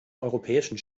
europäischen